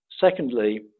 secondly